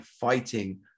fighting